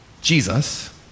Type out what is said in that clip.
Jesus